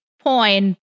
point